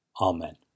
Amen